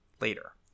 later